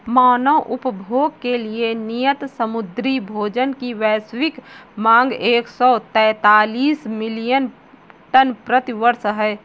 मानव उपभोग के लिए नियत समुद्री भोजन की वैश्विक मांग एक सौ तैंतालीस मिलियन टन प्रति वर्ष है